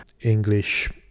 English